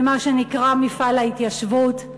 למה שנקרא "מפעל ההתיישבות".